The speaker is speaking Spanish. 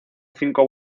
cinco